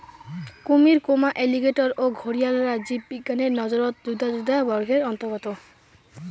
কুমীর, অ্যালিগেটর ও ঘরিয়ালরা জীববিজ্ঞানের নজরত যুদা যুদা বর্গের অন্তর্গত